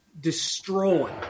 destroy